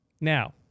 Now